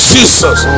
Jesus